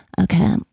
Okay